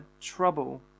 trouble